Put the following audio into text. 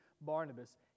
Barnabas